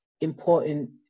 important